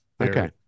Okay